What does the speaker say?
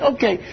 Okay